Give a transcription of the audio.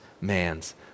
man's